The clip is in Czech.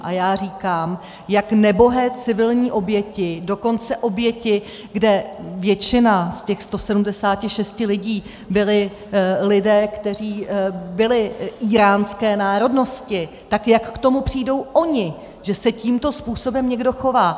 A já říkám, jak nebohé civilní oběti, dokonce oběti, kde většina z těch 176 lidí byli lidé, kteří byli íránské národnosti, tak jak k tomu přijdou oni, že se tímto způsobem někdo chová?